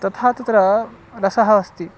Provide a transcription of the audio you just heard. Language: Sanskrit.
तथा तत्र रसः अस्ति